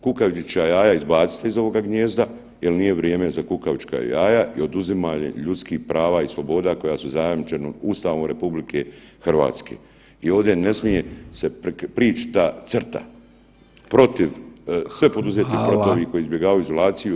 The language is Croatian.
Kukavičja jaja izbacite iz ovog gnijezda jel nije vrijeme za kukavičja jaja i oduzimanje ljudskih prava i sloboda koja su zajamčena Ustavom RH i ovdje ne smije se prijeći ta crta protiv, sve poduzeti protiv ovih koji izbjegavaju izolaciju.